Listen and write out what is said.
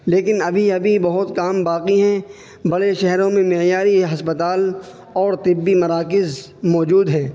لیکن ابھی ابھی بہت کام باقی ہیں بڑے شہروں میں معیاری ہسپتال اور طبی مراکز موجود ہیں